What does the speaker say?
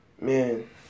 Man